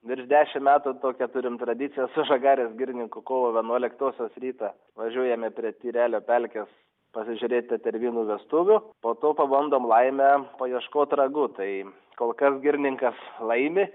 virš dešimt metų tokią turim tradiciją su žagarės girininku kovo vienuoliktosios rytą važiuojame prie tyrelio pelkės pasižiūrėt tetervinų vestuvių po to pabandom laimę paieškot ragų tai kol kas girininkas laimi